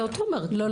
לא,